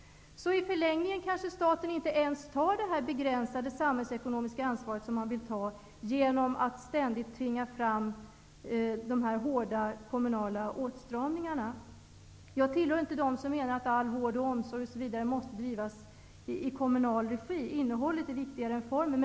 Så i förlängningen kanske staten inte ens tar det begränsade samhällsekonomiska ansvar som den vill ta genom att ständigt tvinga fram hårda kommunala åtstramningar. Jag tillhör inte dem som menar att all vård och omsorg måste drivas i kommunal regi. Innehållet är viktigare än formen.